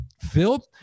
Phil